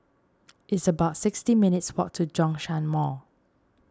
it's about sixty minutes' walk to Zhongshan Mall